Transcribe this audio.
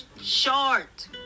short